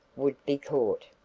would be caught.